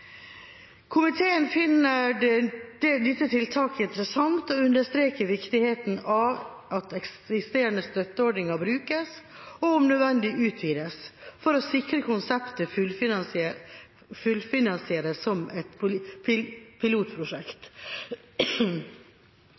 Komiteen finner dette tiltaket interessant og understreker viktigheten av at eksisterende støtteordninger brukes – og om nødvendig utvides – for å sikre at konseptet fullfinansieres som et